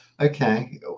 Okay